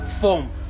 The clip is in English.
form